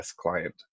client